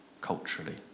culturally